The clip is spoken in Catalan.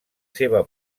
seva